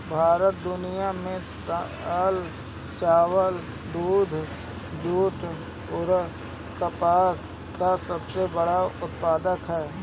भारत दुनिया में दाल चावल दूध जूट आउर कपास का सबसे बड़ा उत्पादक ह